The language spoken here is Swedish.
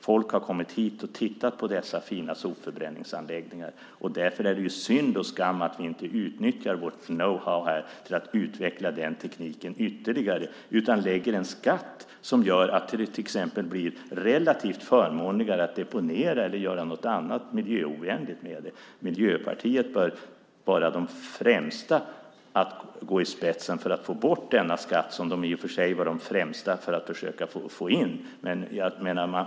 Folk har kommit hit och tittat på dessa fina sopförbränningsanläggningar, och därför är det synd och skam att vi inte utnyttjar vårt know-how till att utveckla den tekniken ytterligare utan i stället lägger en skatt på detta som gör att det till exempel blir relativt förmånligare att deponera eller göra någonting annat miljöovänligt med det. Miljöpartiet bör vara de som går i spetsen för att få bort denna skatt som de i och för sig var de främsta att försöka få in.